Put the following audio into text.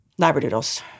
Labradoodles